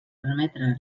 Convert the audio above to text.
permetre